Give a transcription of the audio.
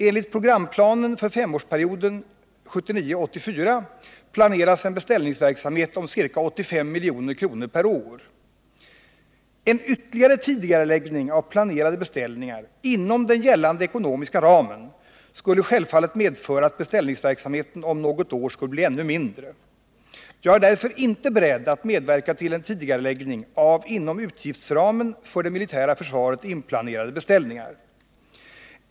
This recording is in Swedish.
Enligt programplanen för femårsperioden 1979-1984 planeras en beställningsverksamhet om ca 85 milj.kr. En ytterligare tidigareläggning av planerade beställningar inom den gällande ekonomiska ramen skulle självfallet medföra att beställningsverksamheten om något år skulle bli ännu mindre. Jag är därför inte beredd att medverka till en tidigareläggning av inom utgiftsramen för det militära försvaret inplanerade beställningar.